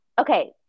Okay